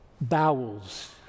bowels